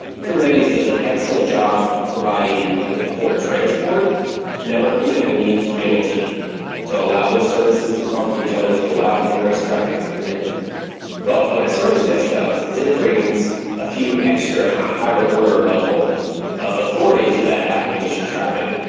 and kubernetes does an excellent job of providing kind of the core transport networking that we need to be able to to allow those services to talk to each other, to allow ingress traffic to come in but what a service mesh does is it brings a few extra kind of higher-order level of authority to that application traffic,